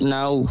now